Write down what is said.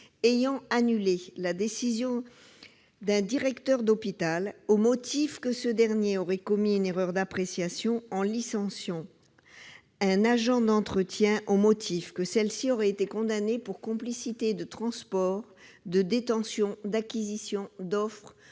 ayant annulé la décision d'un directeur d'hôpital, au motif que ce dernier aurait commis une erreur d'appréciation en licenciant une employée agent d'entretien qui avait été condamnée pour complicité de transport, de détention, d'acquisition, d'offre